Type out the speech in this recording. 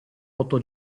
otto